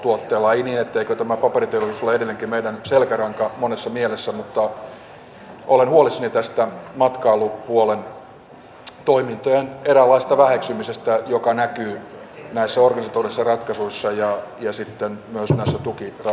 ei niin etteikö paperiteollisuus ole edelleenkin meidän selkäranka monessa mielessä mutta olen huolissani tästä matkailupuolen toimintojen eräänlaisesta väheksymisestä joka näkyy näissä organisatorisissa ratkaisuissa ja sitten myös näissä tukiratkaisuissa